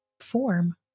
Form